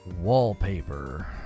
wallpaper